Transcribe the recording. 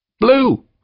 Blue